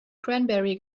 cranberry